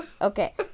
Okay